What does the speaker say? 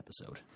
episode